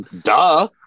duh